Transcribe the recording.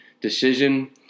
decision